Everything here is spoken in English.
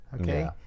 okay